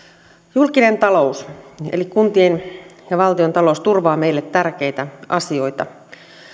julkinen talous eli kuntien ja valtion talous turvaa meille tärkeitä asioita